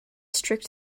strict